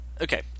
okay